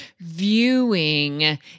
viewing